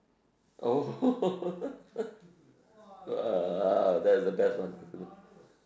oh !wah! that's the best one